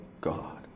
God